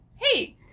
hey